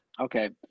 Okay